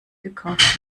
gekauft